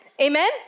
Amen